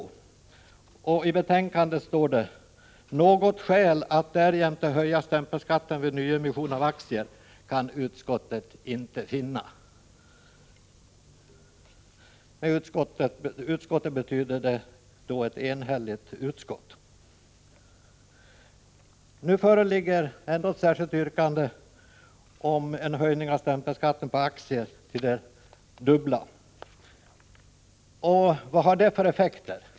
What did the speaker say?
I skatteutskottets betänkande 68 står det: ”Något skäl att därjämte höja stämpelskatten vid nyemission av aktier kan utskottet inte finna.” Med utskottet menas i det här fallet ett enhälligt utskott. Nu föreligger ändå ett särskilt yrkande om en höjning av stämpelskatten på aktier till det dubbla. Vad har det för effekter?